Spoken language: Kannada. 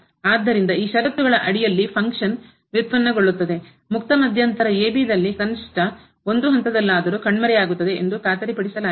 ಆದ್ದರಿಂದ ಆ ಷರತ್ತುಗಳ ಅಡಿಯಲ್ಲಿ ಫಂಕ್ಷನ್ ಕಾರ್ಯವು ವ್ಯುತ್ಪನ್ನಗೊಳ್ಳುತ್ತದೆ ಮುಕ್ತ ಮಧ್ಯಂತರ ಎ ಬಿ ದಲ್ಲಿ ಕನಿಷ್ಠ ಒಂದು ಹಂತದಲ್ಲಾದರೂ ಕಣ್ಮರೆಯಾಗುತ್ತದೆ ಎಂದು ಖಾತರಿಪಡಿಸಲಾಗಿದೆ